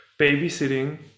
babysitting